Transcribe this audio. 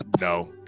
no